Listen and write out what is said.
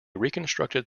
reconstructed